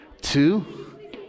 Two